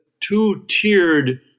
two-tiered